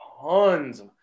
Tons